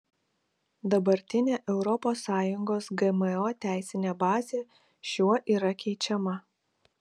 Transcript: dabartinė europos sąjungos gmo teisinė bazė šiuo yra keičiama